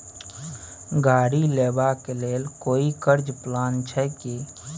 गाड़ी लेबा के लेल कोई कर्ज प्लान छै की?